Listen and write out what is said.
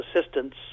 assistance